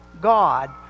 God